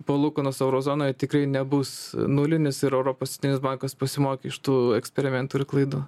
palūkanos euro zonoje tikrai nebus nulinis ir europos centrinis bankas pasimokė iš tų eksperimentų ir klaidų